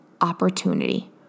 opportunity